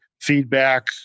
feedback